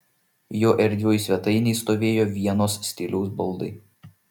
jo erdvioj svetainėj stovėjo vienos stiliaus baldai